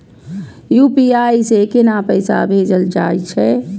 UPI से केना पैसा भेजल जा छे?